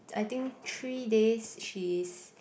I think three days she's